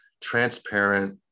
transparent